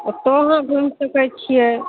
ओतहु अहाँ घुमि सकै छिए